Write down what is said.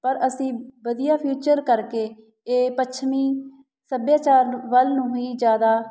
ਪਰ ਅਸੀਂ ਵਧੀਆ ਫਿਊਚਰ ਕਰਕੇ ਇਹ ਪੱਛਮੀ ਸੱਭਿਆਚਾਰ ਨੂ ਵੱਲ ਨੂੰ ਹੀ ਜ਼ਿਆਦਾ